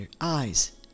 eyes